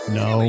no